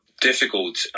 difficult